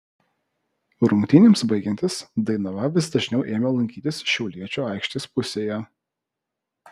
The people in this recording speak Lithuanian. rungtynėms baigiantis dainava vis dažniau ėmė lankytis šiauliečių aikštės pusėje